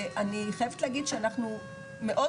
ואני חייבת להגיד שאנחנו מאוד,